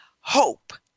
hope